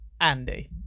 andy